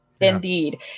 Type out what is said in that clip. Indeed